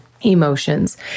emotions